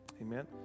Amen